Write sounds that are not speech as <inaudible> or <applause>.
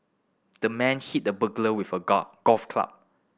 the man hit the burglar with a <unintelligible> golf club